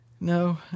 no